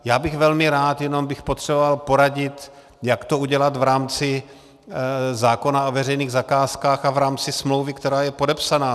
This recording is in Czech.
Já bych velmi rád, jenom bych potřeboval poradit, jak to udělat v rámci zákona o veřejných zakázkách a v rámci smlouvy, která je podepsána.